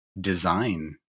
design